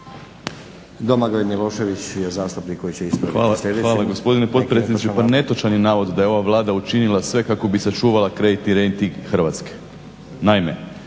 navod. **Milošević, Domagoj Ivan (HDZ)** Hvala gospodine potpredsjedniče. Pa netočan je navod da je ova Vlada učinila sve kako bi sačuvala kreditni rejting Hrvatske. Naime,